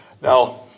Now